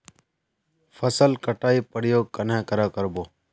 फसल कटाई प्रयोग कन्हे कर बो?